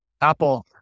Apple